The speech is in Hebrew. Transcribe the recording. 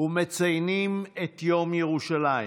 ציון יום ירושלים